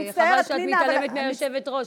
חבל שאת מתעלמת מהיושבת-ראש.